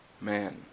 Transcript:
Man